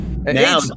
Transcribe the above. Now